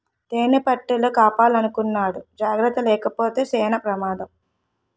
తేనిపట్టుల కాపలాకున్నోడు జాకర్తగాలేపోతే సేన పెమాదం